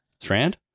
Strand